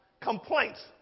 complaints